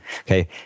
Okay